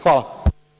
Hvala.